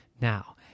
Now